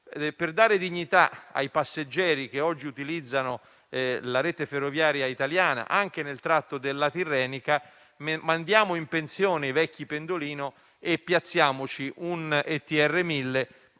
per dare dignità ai passeggeri che oggi utilizzano la rete ferroviaria italiana anche nel tratto della strada Tirrenica, mandiamo in pensione i vecchi pendolini e piazziamoci un ETR1000,